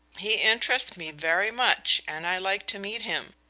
he interests me very much, and i like to meet him.